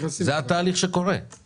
יוסי, מה אתה מציע שיקרה עם שני החבר'ה האלה?